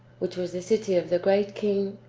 which was the city of the great king,